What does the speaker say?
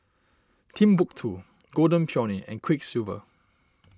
Timbuk two Golden Peony and Quiksilver